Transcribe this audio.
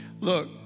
Look